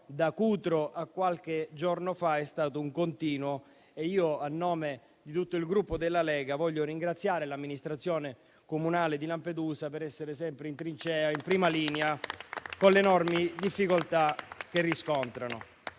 a Cutro qualche giorno fa è stato un continuo e io, a nome di tutto il Gruppo Lega, voglio ringraziare l'amministrazione comunale di Lampedusa per essere sempre in trincea e in prima linea con le enormi difficoltà che riscontra.